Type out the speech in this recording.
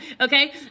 Okay